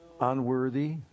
unworthy